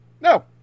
No